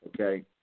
okay